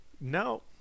No